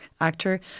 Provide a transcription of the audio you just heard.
actor